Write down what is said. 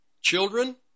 children